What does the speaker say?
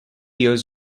years